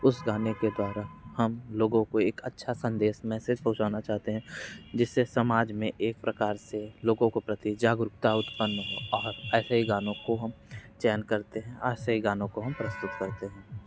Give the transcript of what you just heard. उस गाने के द्वारा हम लोगों को एक अच्छा संदेश मैसेज पहुँचाना चाहते हैं जिससे समाज में एक प्रकार से लोगों को प्रति जागरूकता उत्पन्न हो और ऐसे ही गानों को हम चयन करते हैं ऐसे ही गानों को हम प्रस्तुत करते हैं